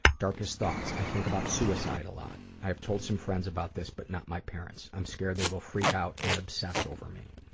darkest thoughts, i think about suicide a lot. i have told some friends about this but not my parents. i'm scared they will freak out and obsess over me.